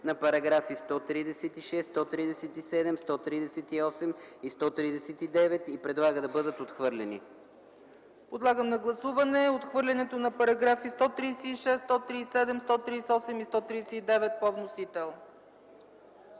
за параграфи 136, 137, 138 и 139 и предлага да бъдат отхвърлени. ПРЕДСЕДАТЕЛ ЦЕЦКА ЦАЧЕВА: Подлагам на гласуване отхвърлянето на параграфи 136, 137, 138 и 139 по вносител